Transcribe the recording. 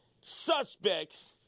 suspects